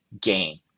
gain